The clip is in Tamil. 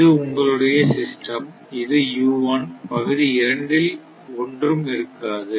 இது உங்களுடைய சிஸ்டம் இது பகுதி இரண்டில் ஒன்றும் இருக்காது